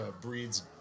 breeds